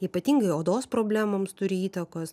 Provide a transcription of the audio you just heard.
ypatingai odos problemoms turi įtakos